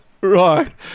Right